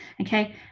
okay